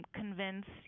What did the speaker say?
convince